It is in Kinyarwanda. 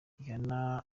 rihanna